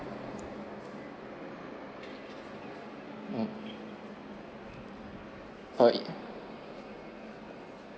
mm hi